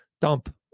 dump